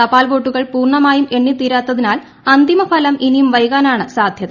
തപാൽ വോട്ടുകൾ പൂർണമായും എണ്ണി തീരാത്തിനാൽ അന്തിമ ഫലം ഇനിയും വൈകാനാണു സാധ്യത